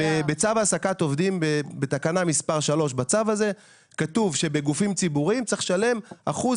בצו העסקת עובדים בתקנה מספר 3 כתוב שבגופים ציבוריים צריך לשלם אחוז